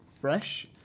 fresh